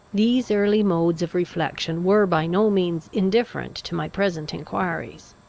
these early modes of reflection were by no means indifferent to my present enquiries.